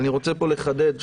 ואני רוצה פה לחדד.